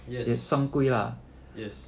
yes yes